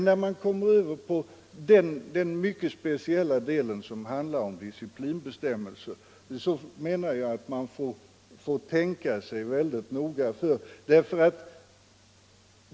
När man kommer över till den 199 mycket speciella del som handlar om disciplinbestämmelser menar jag däremot att man får tänka sig väldigt noga för.